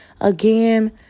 again